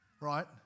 right